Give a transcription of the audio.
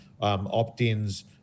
opt-ins